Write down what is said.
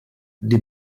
die